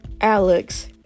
Alex